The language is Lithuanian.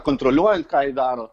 kontroliuojant ką ji daro